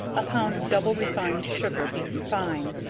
a pound of double refined sugar beaten fine,